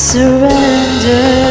Surrender